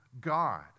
God